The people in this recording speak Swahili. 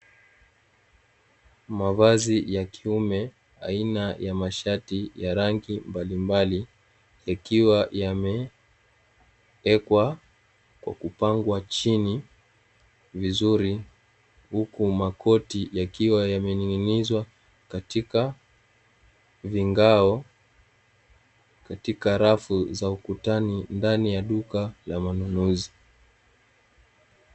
Mavazi ya kiume aina ya mashati ya rangi mbalimbali, yakiwa yamewekwa kwa kupangwa chini vizuri, huku makoti yakiwa yamening'inizwa katika vingao, katika rafu za ukutani ndani ya duka la manunuzi.